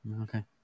Okay